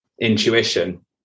intuition